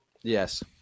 Yes